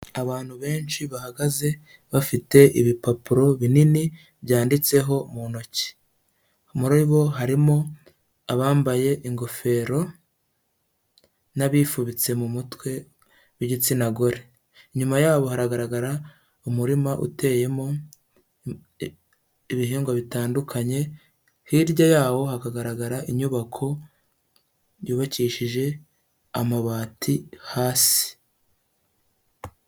Abantu benshi bahagaze bafite ibipapuro binini byanditseho mu ntoki, muri bo harimo abambaye ingofero n'abifubitse mu mutwe b'igitsina gore, inyuma yabo haragaragara umurima uteyemo ibihingwa bitandukanye, hirya yawo hakagaragara inyubako yubakishije amabati hasi.